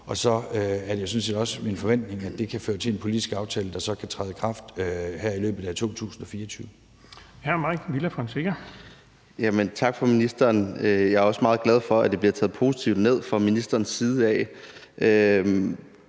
jo sådan set også min forventning, at det kan føre til en politisk aftale, der så kan træde i kraft her i løbet af 2024.